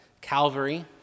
Calvary